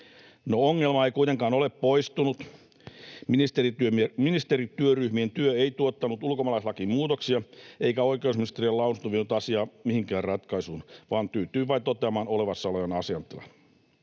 ongelma ei kuitenkaan ole poistunut: ministerityöryhmien työ ei tuottanut ulkomaalaislakiin muutoksia eikä oikeusministeriön lausunto vienyt asiaa mihinkään ratkaisuun, vaan se tyytyy vain toteamaan olemassa olevan asiantilan.